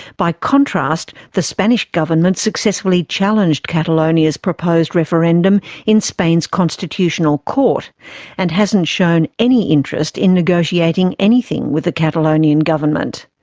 by contrast, the spanish government successfully challenged catalonia's proposed referendum in spain's constitutional court and has not shown any interest in negotiating anything with the catalonian government.